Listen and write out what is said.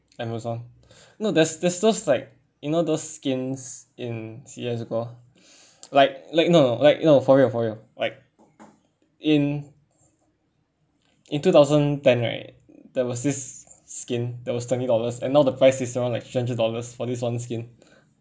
amazon no there's there's those like you know those skins in C_S go ah like like no like no for real for real like in in two thousand ten right there was this skin that was twenty dollars and now the price is around like three hundred dollars for this one skin